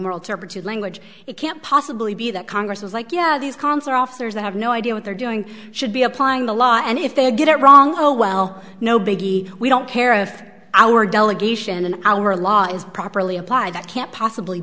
moral turpitude language it can't possibly be that congress was like yeah these consular officers that have no idea what they're doing should be applying the law and if they get it wrong oh well no biggie we don't care if our delegation and our law is properly applied that can't possibly